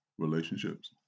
relationships